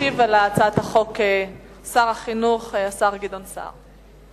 ישיב על הצעת החוק שר החינוך, השר גדעון סער.